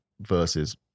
versus